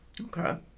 okay